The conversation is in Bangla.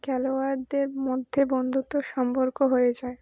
খেলোয়াড়দের মধ্যে বন্ধুত্ব সম্পর্ক হয়ে যায়